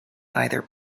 either